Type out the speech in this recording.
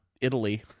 Italy